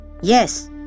Yes